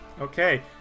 Okay